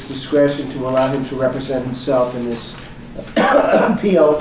discretion to allow them to represent himself in this field